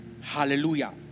Hallelujah